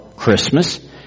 Christmas